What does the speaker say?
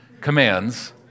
commands